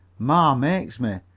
ma makes me.